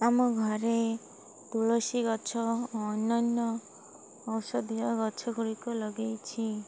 ଆମ ଘରେ ତୁଳସୀ ଗଛ ଅନ୍ୟାନ୍ୟ ଔଷଧୀୟ ଗଛ ଗୁଡ଼ିକ ଲଗାଇଛି